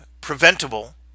preventable